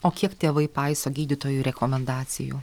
o kiek tėvai paiso gydytojų rekomendacijų